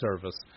service